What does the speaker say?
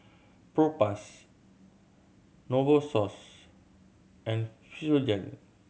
Propass Novosource and Physiogel